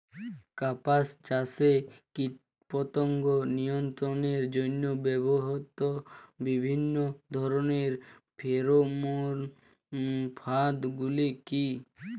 কাপাস চাষে কীটপতঙ্গ নিয়ন্ত্রণের জন্য ব্যবহৃত বিভিন্ন ধরণের ফেরোমোন ফাঁদ গুলি কী?